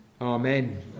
Amen